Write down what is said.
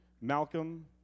Malcolm